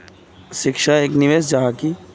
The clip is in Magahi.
शिक्षा एक निवेश जाहा की?